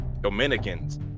Dominicans